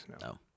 no